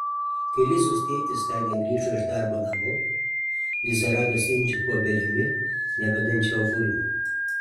kai lizos tėtis tądien grįžo iš darbo namo lizą rado sėdinčią po obelimi nevedančia obuolių